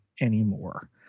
anymore